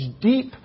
deep